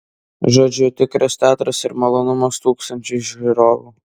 žodžiu tikras teatras ir malonumas tūkstančiui žiūrovų